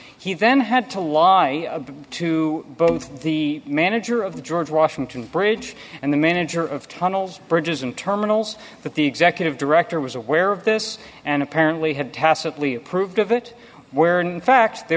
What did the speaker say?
he then had to lie to both the manager of the george washington bridge and the manager of tunnels bridges and terminals but the executive director was aware of this and apparently had tacitly approved of it where in fact they